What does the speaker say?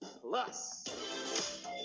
plus